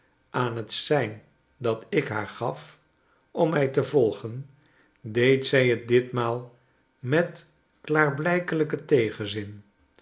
aan het sein dat ik haar gaf om mij te volgen deed zij t ditmaal metklaarblijkelijkentegenzin